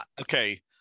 okay